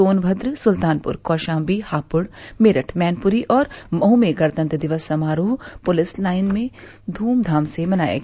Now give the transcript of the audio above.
सोनभद्र सुल्तानप्र कौशाम्बी हाप्ड़ मेरठ मैनप्री और मऊ में गणवतंत्र दिवस समारोह पुलिस लाइन्स में ध्मधाम से मनाया गया